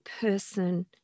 person